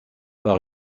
par